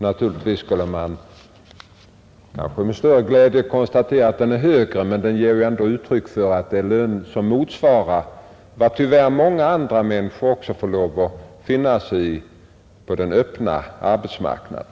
Naturligtvis skulle man önska att den vore högre, men den motsvarar vad tyvärr många andra människor får lov att finna sig i på den öppna arbetsmarknaden.